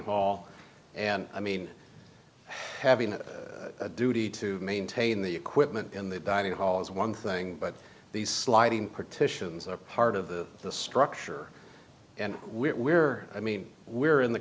hall and i mean having a duty to maintain the equipment in the dining hall is one thing but these sliding partitions are part of the structure and we're i mean we're in the